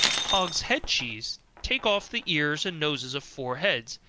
hogs' head cheese take off the ears and noses of four heads,